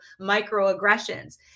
microaggressions